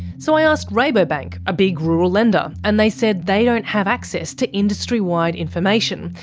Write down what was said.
so i asked rabobank, a big rural lender, and they said they don't have access to industry-wide information,